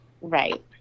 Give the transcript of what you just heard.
Right